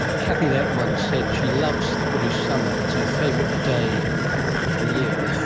kathy lette once said she loves the british summer, it's her favourite day of the year.